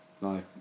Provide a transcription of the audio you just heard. No